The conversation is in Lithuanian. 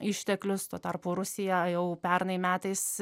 išteklius tuo tarpu rusija jau pernai metais